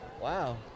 Wow